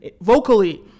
vocally